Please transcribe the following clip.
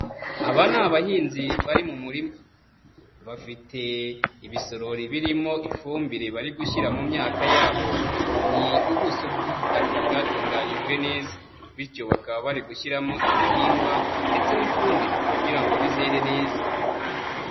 Aba ni abahinzi bari mu murima. Bafite ibisorori birimo ifumbire bari gushyira mu myaka yabo, ni ubuso bw'ubutaka bwatunganyijwe neza, bityo bakaba bari gushyiramo ibihingwa ndetse n'ifumbire kugira ngo bizere neza.